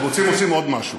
החמוצים עשים עוד משהו.